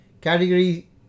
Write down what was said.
Category